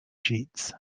cheats